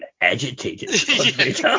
agitated